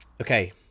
Okay